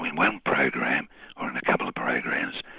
in one program or in a couple of programs,